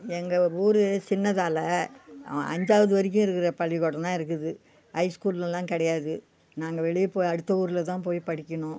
எங்கள் ஊர் சின்னதாலே அஞ்சாவது வரைக்கும் இருக்கிற பள்ளிக்கூடம் தான் இருக்குது ஹை ஸ்கூல்லெல்லாம் கிடையாது நாங்கள் வெளியே போய் அடுத்த ஊரில் தான் போய் படிக்கணும்